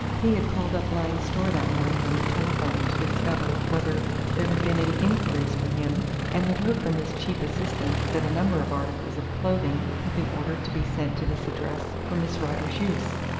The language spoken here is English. he had called up lyne's store that morning on the telephone to discover whether there had been any inquiries for him and had heard from his chief assistant that a number of articles of clothing had been ordered to be sent to this address for miss rider's use.